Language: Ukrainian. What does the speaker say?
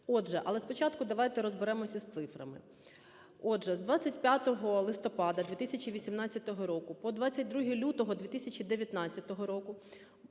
Але спочатку давайте розберемося з цифрами. Отже, з 25 листопада 2018 року по 22 лютого 2019 року